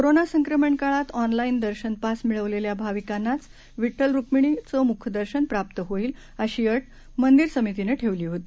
corona संक्रमण काळात online दर्शन पास मिळवलेल्या भविकांनाच विड्डल रुक्मिणीचं मुखदर्शन प्राप्त होईल अशी अट मंदिर समितीनं ठेवली होती